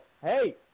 Hey